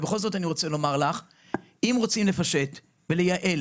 ובכל זאת אני אגיד שאם רוצים לפשט ולייעל